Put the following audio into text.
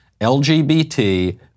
LGBT